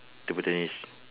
table tennis